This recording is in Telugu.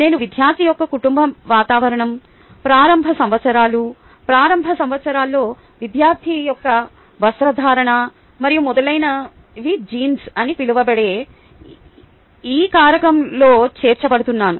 నేను విద్యార్థి యొక్క కుటుంబ వాతావరణం ప్రారంభ సంవత్సరాలు ప్రారంభ సంవత్సరాల్లో విద్యార్థి యొక్క వస్త్రధారణ మరియు మొదలైనవి జీన్స్ అని పిలువబడే ఈ కారకంలో చేర్చబోతున్నాను